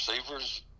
receiver's